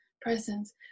presence